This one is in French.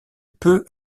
peu